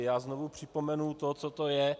Já znovu připomenu, co to je.